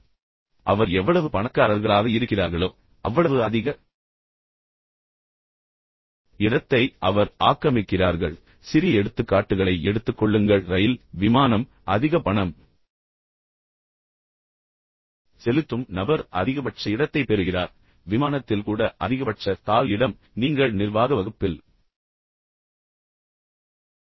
எனவே அவர் அல்லது அவள் எவ்வளவு பணக்காரர்களாக இருக்கிறார்களோ அவ்வளவு அதிக இடத்தை அவர் அல்லது அவள் ஆக்கிரமிக்கிறார்கள் சிறிய எடுத்துக்காட்டுகளை எடுத்துக் கொள்ளுங்கள் ரயில் விமானம் எனவே அதிக பணம் செலுத்தும் நபர் அதிகபட்ச இடத்தைப் பெறுகிறார் விமானத்தில் கூட அதிகபட்ச கால் இடம் நீங்கள் நிர்வாக வகுப்பில் தூங்கலாம்